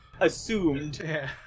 Assumed